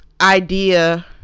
idea